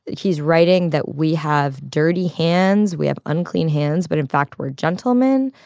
he's writing that we have dirty hands, we have unclean hands, but in fact, we're gentlemen.